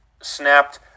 snapped